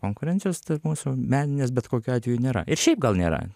konkurencijos tarp mūsų meninės bet kokiu atveju nėra ir šiaip gal nėra